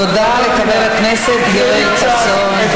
אמרתי לך, תודה לחבר הכנסת יואל חסון.